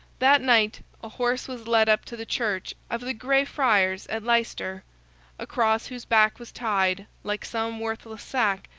that night, a horse was led up to the church of the grey friars at leicester across whose back was tied, like some worthless sack,